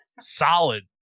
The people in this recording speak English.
solid